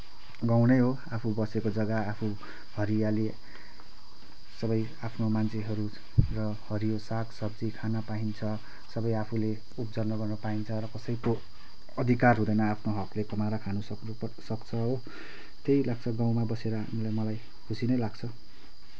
गाउँ नै हो आफू बसेको जग्गा आफू हरियाली सबै आफ्नो मान्छेहरू र हरियो सागसब्जी खान पाइन्छ सबै आफूले उब्जनी गर्न पाइन्छ र कसैको अधिकार हुँदैन आफ्नो हकले कमाएर खानुसक्छ हो त्यही लाग्छ गाउँमा बसेर मलाई खुसी नै लाग्छ